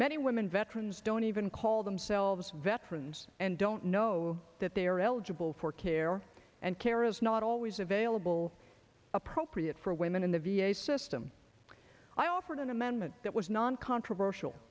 many women veterans don't even call themselves veterans and don't know that they are eligible for care and care is not always available appropriate for women in the v a system i offered an amendment that was non controversial